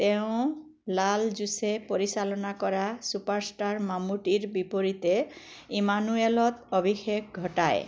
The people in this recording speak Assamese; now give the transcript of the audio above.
তেওঁঁ লাল জোচে পৰিচালনা কৰা ছুপাৰষ্টাৰ মামুটিৰ বিপৰীতে ইমানুৱেলত অভিষেক ঘটায়